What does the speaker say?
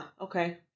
okay